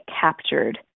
captured